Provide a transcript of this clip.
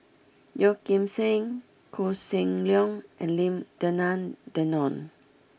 Yeo Kim Seng Koh Seng Leong and Lim Denan Denon